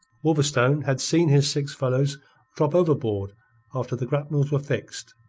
wolverstone had seen his six fellows drop overboard after the grapnels were fixed,